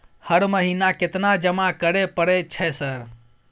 हर महीना केतना जमा करे परय छै सर?